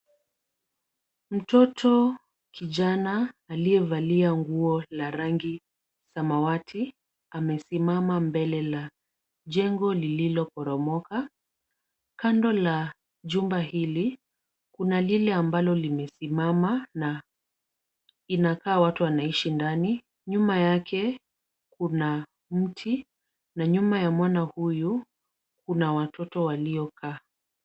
Mtoto kijana aliyevalia nguo la rangi samawati, amesimama mbele la jengo lililoporomoka. Kando la jumba hili, kuna lile ambalo limesimama na inakaa watu wanaishi ndani. Nyuma yake kuna mti na nyuma ya mwana huyu kuna watoto waliokaa.